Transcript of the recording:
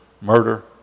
murder